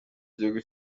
gihugu